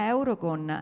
Eurocon